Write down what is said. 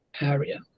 area